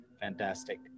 Fantastic